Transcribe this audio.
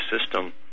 system